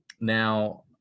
Now